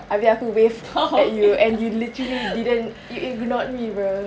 abeh aku wave at you and you literally didn't you ignored me bro I was so sad